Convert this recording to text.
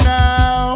now